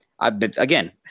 Again